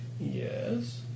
Yes